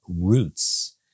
roots